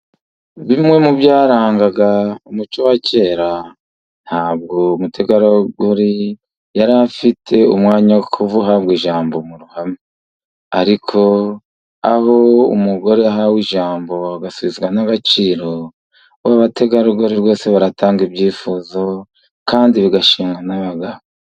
Bimwe mu byarangaga umuco wa kera ntabwo umutegarugori yari afite umwanya wo guhabwa ijambo mu ruhame, ariko aho umugore ahawe ijambo bagasubizwa n'agaciro abategarugori rwose baratanga ibyifuzo kandi bigashimwa n'abagabo.